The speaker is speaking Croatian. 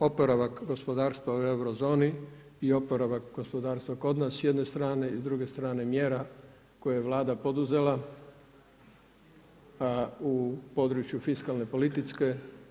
Oporavak gospodarstva u euro zoni i oporavak gospodarstva kod nas s jedne strane i s druge strane mjera koju je Vlada poduzela u području fiskalne politike.